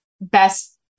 best